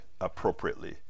appropriately